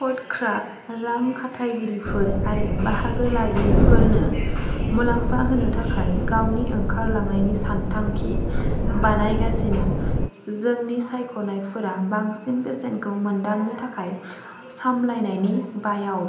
craft रां खाथायगिरिफोर आरो बाहागो लागिफोरनो मुलाम्फा होनो थाखाय गावनि ओंखारलांनायनि सानथांखि बानायगासिनो जोंनि सायख'नायफोरा बांसिन बेसेनखौ मोनदांनो थाखाय सामलायनायनि बायाव